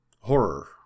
horror